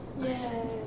Yay